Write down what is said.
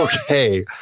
okay